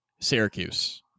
Syracuse